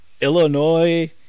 Illinois